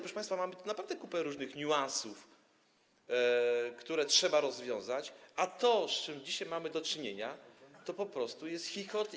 Proszę państwa, mamy tu naprawdę kupę różnych niuansów, które trzeba rozwiązać, a to, z czym dzisiaj mamy do czynienia, to po prostu jest chichot.